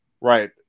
Right